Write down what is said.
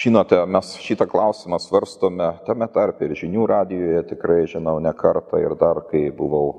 žinote mes šitą klausimą svarstome tame tarpe ir žinių radijuje tikrai žinau ne kartą ir dar kai buvau